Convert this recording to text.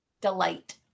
Delight